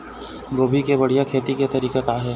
गोभी के बढ़िया खेती के तरीका का हे?